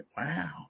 Wow